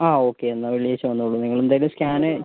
ആ ഓക്കേ എന്നാൽ വെള്ളിയാഴ്ച്ച വന്നോളൂ നിങ്ങൾ എന്തായാലും സ്കാന്